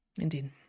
Indeed